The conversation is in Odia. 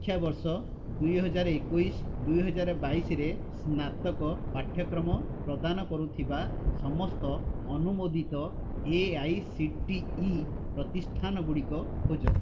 ଶିକ୍ଷାବର୍ଷ ଦୁଇ ହଜାର ଏକୋଇଶ ଦୁଇ ହଜାର ବାଇଶରେ ସ୍ନାତକ ପାଠ୍ୟକ୍ରମ ପ୍ରଦାନ କରୁଥିବା ସମସ୍ତ ଅନୁମୋଦିତ ଏଆଇସିଟିଇ ପ୍ରତିଷ୍ଠାନଗୁଡ଼ିକ ଖୋଜ